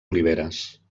oliveres